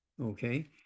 Okay